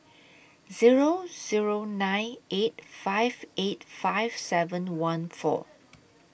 Zero Zero nine eight five eight five seven one four